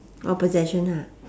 oh possession ha